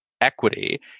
equity